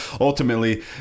ultimately